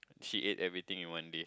she ate everything in one day